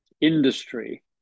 industry